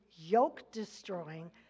yoke-destroying